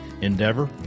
endeavor